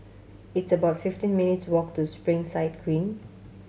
it's about fifteen minutes' walk to Springside Green